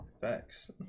Facts